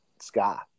sky